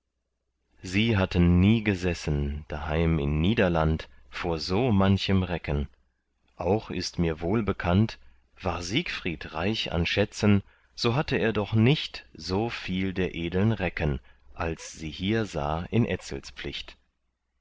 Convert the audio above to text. sie hatten nie gesessen daheim in niederland vor so manchem recken auch ist mir wohlbekannt war siegfried reich an schätzen so hatte er doch nicht so viel der edeln recken als sie hier sah in etzels pflicht